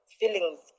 feelings